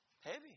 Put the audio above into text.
heavy